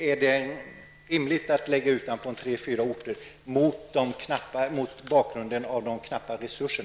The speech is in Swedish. Är det, mot bakgrund av de knappa resurserna, rimligt att lägga ut utbildningen på tre fyra orter?